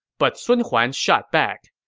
but sun huan shot back,